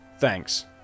Thanks